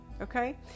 Okay